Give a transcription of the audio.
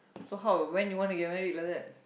so how when you want to get married like that